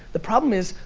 the problem is,